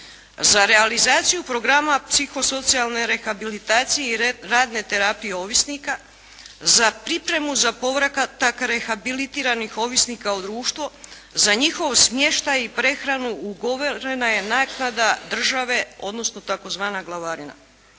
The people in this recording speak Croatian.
Za realizaciju program psihosocijalne rehabilitacije i radne terapije ovisnika, za pripremu za povratak rehabilitiranih ovisnika u društvo, za njihov smještaj i prehranu ugovorena je naknada države, odnosno tzv. glavarina.